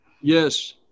Yes